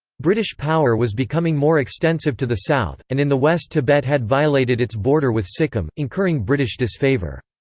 british power was becoming more extensive to the south, and in the west tibet had violated its border with sikkim, incurring british disfavor.